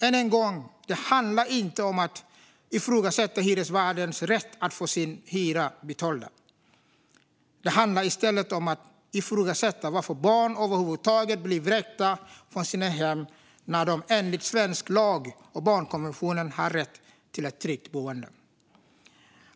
Än en gång: Det handlar inte om att ifrågasätta hyresvärdens rätt att få sina hyror betalda, utan det handlar i stället om att ifrågasätta varför barn över huvud taget blir vräkta från sina hem när de enligt svensk lag och barnkonventionen har rätt till ett tryggt boende.